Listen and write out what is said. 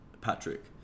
Patrick